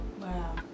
wow